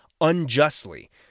unjustly